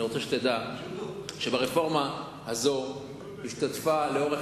אני רוצה שתדע שברפורמה הזאת השתתף לאורך